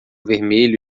vermelho